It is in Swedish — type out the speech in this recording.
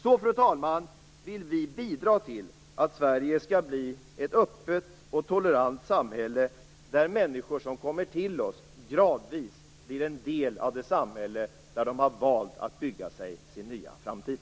Så, fru talman, vill vi bidra till att Sverige skall bli ett öppet och tolerant samhälle, där människor som kommer till oss gradvis blir en del av det samhälle där de har valt att bygga sig sin nya framtid.